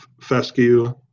fescue